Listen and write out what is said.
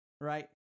right